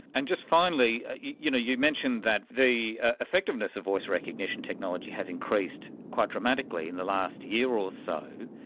and just finally, you know you mention that the effective dose of voice recognition technology has increased quite dramatically in the last year or so.